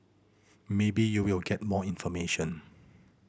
maybe you will get more information